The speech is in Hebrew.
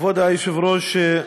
כבוד היושב-ראש,